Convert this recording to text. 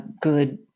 good